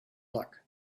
luck